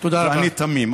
ואני תמים,